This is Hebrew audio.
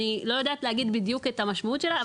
ואני לא יודעת להגיד בדיוק את המשמעות שלה.